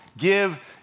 give